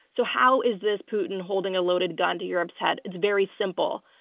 so how is this putin holding a loaded gun to europe's head? it's very simple.